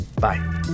Bye